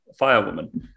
firewoman